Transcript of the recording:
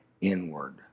inward